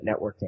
networking